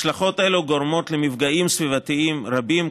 השלכות אלו גורמות למפגעים סביבתיים רבים,